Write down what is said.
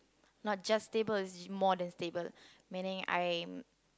not just stable it's more than stable meaning I'm